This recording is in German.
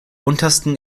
untersten